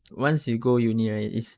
once you go uni right it's